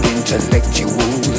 Intellectual